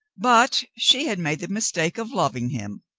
but she had made the mistake of loving him.